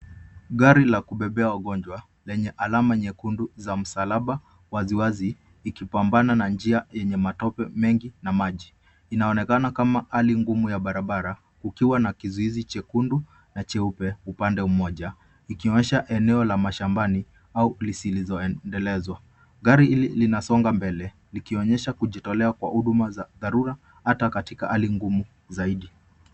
Gari la kubebea wagonjwa lenye alama nyekundu za msalaba waziwazi ikipambana na njia yenye matope mengi na maji. Inaonekana kama hali ngumu ya barabara kukiwa na kizuizi chekundu na cheupe upande moja. Ikionyesha eneo la mashambani au lisilizoendelezwa. Gari hili linasonga mbele likionyesha kujitolea kwa huduma za dharura hata katika hali ngumu zaidi.